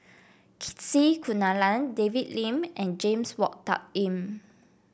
C Kunalan David Lim and James Wong Tuck Yim